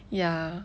ya